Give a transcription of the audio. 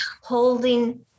holding